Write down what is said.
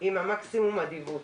ועם מקסימום אדיבות.